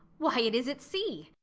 why, it is at sea.